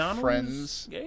friends